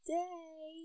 day